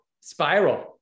spiral